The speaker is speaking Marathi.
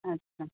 अच्छा